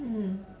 mm